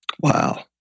Wow